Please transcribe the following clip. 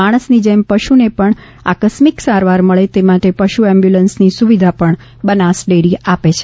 માણસની જેમ પશુને પણ આકસ્મિક સારવાર મળે તે માટે પશુ એમ્બ્યુલન્સની સુવિધા પણ બનાસ ડેરી આપે છે